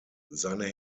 seine